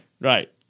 right